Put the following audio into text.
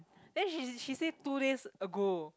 then she she say two days ago